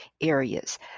areas